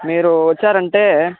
మీరు వచ్చారంటే